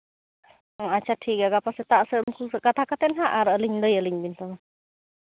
ᱟᱪᱪᱷᱟ ᱴᱷᱤᱠ ᱜᱮᱭᱟ ᱜᱟᱯᱟ ᱥᱮᱛᱟᱜ ᱥᱮᱜ ᱩᱱᱠᱩ ᱥᱮᱜ ᱠᱟᱛᱷᱟ ᱠᱟᱛᱮᱫ ᱦᱟᱸᱜ ᱟᱨ ᱟᱹᱞᱤᱧ ᱞᱟᱹᱭ ᱟᱹᱞᱤᱧ ᱵᱤᱱ ᱛᱚᱵᱮ